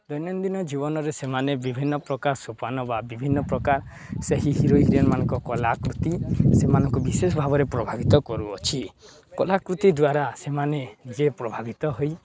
ଦୈନନ୍ଦିନ ଜୀବନରେ ସେମାନେ ବିଭିନ୍ନପ୍ରକାର ସୋପାନ ବା ବିଭିନ୍ନପ୍ରକାର ସେହି ହିରୋ ହିରୋଇନ୍ମାନଙ୍କ କଳାକୃତି ସେମାନଙ୍କୁ ବିଶେଷ ଭାବରେ ପ୍ରଭାବିତ କରୁଅଛି କଳାକୃତି ଦ୍ୱାରା ସେମାନେ ଯେ ପ୍ରଭାବିତ ହୋଇ